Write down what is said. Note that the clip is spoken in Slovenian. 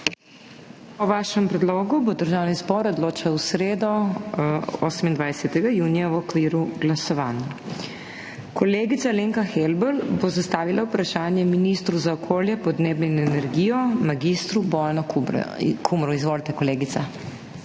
O vašem predlogu bo Državni zbor odločal v sredo, 28. junija, v okviru glasovanj. Kolegica Alenka Helbl bo zastavila vprašanje ministru za okolje, podnebno in energijo mag. Bojanu Kumru. Izvolite, kolegica.